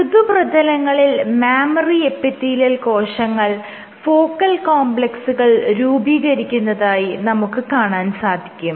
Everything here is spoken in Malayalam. മൃദുപ്രതലങ്ങളിൽ മാമ്മറി എപ്പിത്തീലിയൽ കോശങ്ങൾ ഫോക്കൽ കോംപ്ലെക്സുകൾ രൂപീകരിക്കുന്നതായി നമുക്ക് കാണാൻ സാധിക്കും